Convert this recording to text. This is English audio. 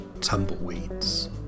Tumbleweeds